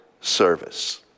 service